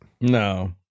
No